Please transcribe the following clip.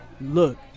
Look